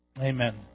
Amen